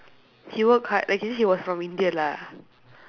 he work hard like actually he was from india lah